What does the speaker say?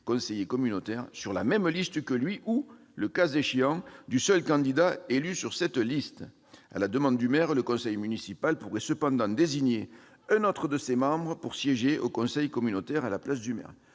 conseiller communautaire sur la même liste que lui ou, le cas échéant, du seul candidat élu sur cette liste. À la demande du maire, le conseil municipal pourrait cependant désigner un autre de ses membres pour siéger au conseil communautaire à sa place. Le